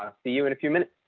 ah see you in a few minutes.